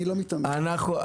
אני לא מתעמת --- לא,